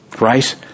Right